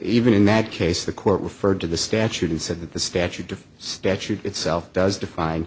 even in that case the court referred to the statute and said that the statute statute itself does define